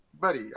buddy